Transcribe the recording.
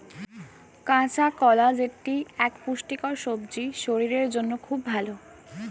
কাঁচা কলা যেটি এক পুষ্টিকর সবজি শরীরের জন্য খুব ভালো